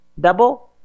Double